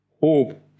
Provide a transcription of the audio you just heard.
hope